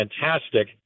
fantastic